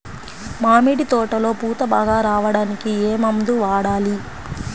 మామిడి తోటలో పూత బాగా రావడానికి ఏ మందు వాడాలి?